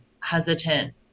hesitant